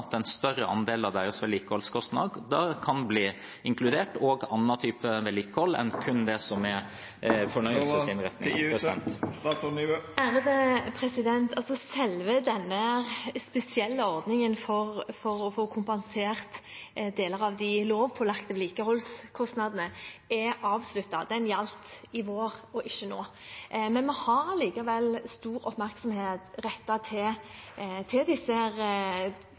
at en større andel av vedlikeholdskostnadene deres kan bli inkludert, også andre typer vedlikehold enn kun det som gjelder fornøyelsesinnretninger? Selve denne spesielle ordningen for å få kompensert deler av de lovpålagte vedlikeholdskostnadene er avsluttet. Den gjaldt i vår og ikke nå. Vi har likevel stor oppmerksomhet rettet mot denne delen av reiselivet og næringslivet. Det var også grunnen til